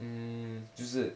hmm 就是